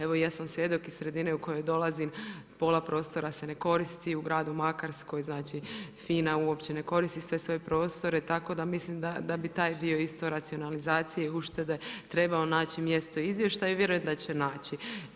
Evo, ja sam svjedok iz sredine u kojoj dolazim, pola prostora se ne koristi, u gradu Makarskoj, znači FINA uopće ne koristi sve svoje prostore, tako da mislim da bi taj dio isto racionalizacije, uštede, trebao naći mjesto u izvještaju i vjerujem da će naći.